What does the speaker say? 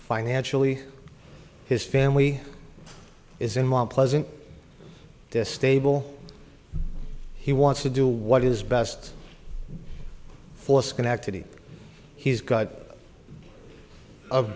financially his family is in mt pleasant stable he wants to do what is best for schenectady he's got a